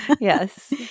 Yes